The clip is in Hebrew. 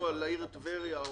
טבריה.